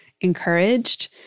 encouraged